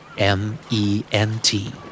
M-E-N-T